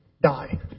die